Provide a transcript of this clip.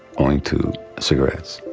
owing to cigarettes.